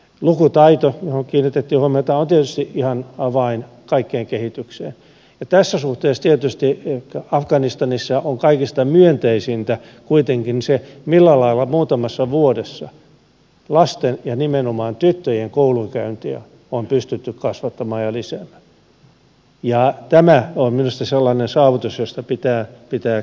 lukutaito johon kiinnitettiin huomiota on tietysti ihan avain kaikkeen kehitykseen ja tässä suhteessa tietysti afganistanissa on kaikista myönteisintä kuitenkin se millä lailla muutamassa vuodessa lasten ja nimenomaan tyttöjen koulunkäyntiä on pystytty kasvattamaan ja lisäämään ja tämä on minusta sellainen saavutus josta pitää pitää kiinni